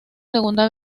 segunda